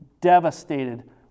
devastated